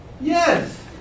yes